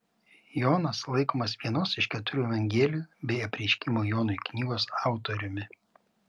jonas laikomas vienos iš keturių evangelijų bei apreiškimo jonui knygos autoriumi